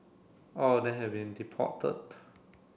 all of them have been deported